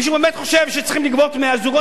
מישהו באמת חושב שצריך לגבות מהזוגות